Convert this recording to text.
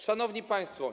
Szanowni Państwo!